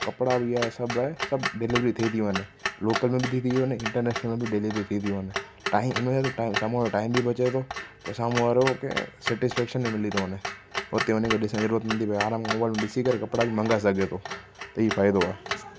कपिड़ा बि आहे सभु आहे सभु डिलीवरी थी थी वञे लोकल में बि थी थी वञे इंटरनेशनल में बि डिलीवरी थी थी वञे टाइम इनमें छा अथव टाइम साम्हूं वारे जो टाइम बि बचे थो पर साम्हूं वारो खे सेटिस्फ़ेक्शन बि मिली थो वञे उते वञी करे ॾिसण जी ज़रूरत न थी पए आराम खां मोबाइल में ॾिसी करे कपिड़ा बि मंगाए सघे थो त ई फ़ाइदो आहे